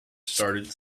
started